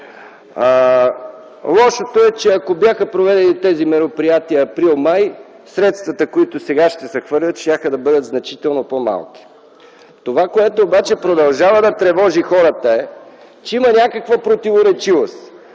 Лошото е, че ако бяха проведени тези мероприятия през месеците април и май, средствата, които сега ще се хвърлят, щяха да бъдат значително по-малко. Това обаче, което продължава да тревожи хората, е, че има някаква противоречивост.